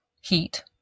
heat